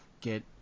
get